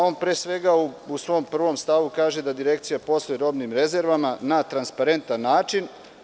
On, pre svega, u svom stavu 1. kaže da direkcija posluje robnim rezervama na transparentan način.